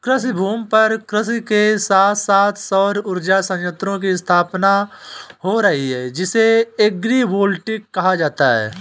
कृषिभूमि पर कृषि के साथ साथ सौर उर्जा संयंत्रों की स्थापना हो रही है जिसे एग्रिवोल्टिक कहा जाता है